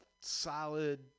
solid